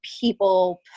people